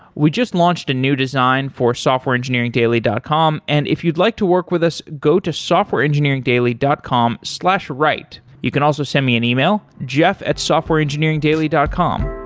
we just launched a new design for softwareengineeringdaily dot com, and if you'd like to work with us, go to softwareengineeringdaily dot com slash write. you can also send me an email, jeff at softwareengineeringdaily dot com.